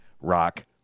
Rock